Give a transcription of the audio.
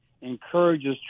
encourages